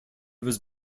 was